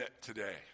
today